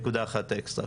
נקודה אחת אקסטרה.